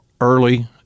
early